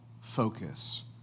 focus